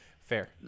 Fair